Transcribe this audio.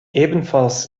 ebenfalls